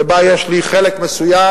ובה יש לי חלק מסוים,